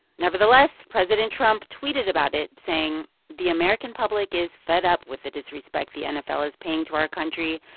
nevertheless, president trump tweeted about it, saying the american public is fed up with the disrespect the nfl is paying to our country,